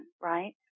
right